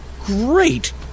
great